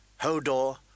Hodor